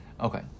Okay